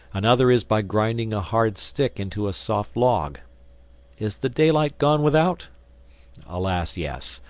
another is by grinding a hard stick into a soft log is the daylight gone without alas yes.